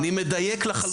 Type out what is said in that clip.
אני מדייק לחלוטין.